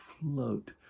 float